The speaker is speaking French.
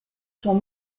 sont